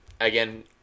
again